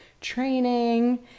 training